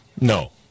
No